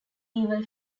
evil